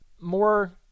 more